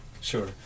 sure